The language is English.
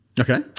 Okay